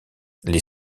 les